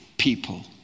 people